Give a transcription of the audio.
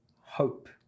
hope